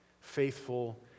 faithful